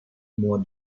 mois